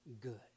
good